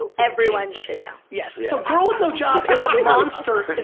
ah everyone should know. yes, so girl with no job is a monster.